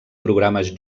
programes